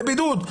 לבידוד".